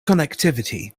connectivity